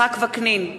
יצחק וקנין,